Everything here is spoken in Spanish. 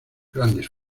grandes